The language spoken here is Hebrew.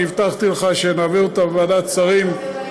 אני הבטחתי לך שנעביר אותה לוועדת שרים.